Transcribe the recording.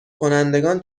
کنندگان